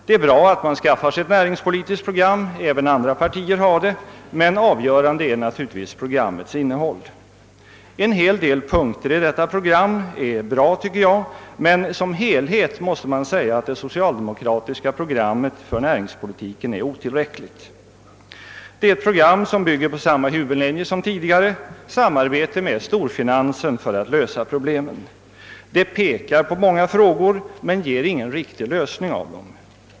Det är bra att skaffa sig ett näringspolitiskt program — även andra partier har det — men det avgörande är naturligtvis programmets innehåll. En hel del punkter är bra, men som helhet är det socialdemokratiska programmet för näringspolitiken otillräckligt. Det bygger på samma huvudlinjer som tidigare: samarbete med storfinansen för att lösa problemen. Programmet tar upp många frågor men ger ingen riktig lösning av dem.